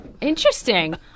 Interesting